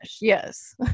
yes